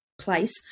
place